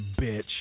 bitch